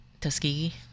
Tuskegee